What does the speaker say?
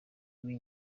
w’i